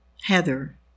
Heather